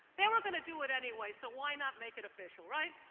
they were going to do it anyway, so why not make it official, right?